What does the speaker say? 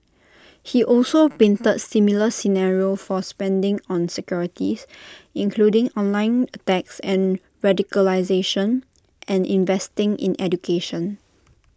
he also painted similar scenarios for spending on securities including online attacks and radicalisation and investing in education